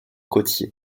côtiers